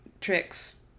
tricks